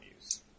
use